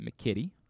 McKitty